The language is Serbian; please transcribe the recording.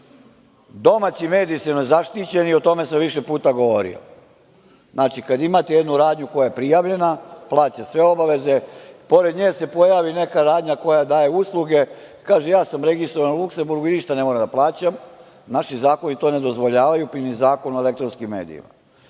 domaći mediji su nezaštićeni i o tome sam više puta govorio. Znači, kad imate jednu radnju koja je prijavljena, plaća sve obaveze, pored nje se pojavi neka radnja koja daje usluge, kaže – ja sam registrovan u Luksemburgu i ništa ne moram da plaćam, naši zakoni to ne dozvoljavaju, pa ni Zakon o elektronskim medijima.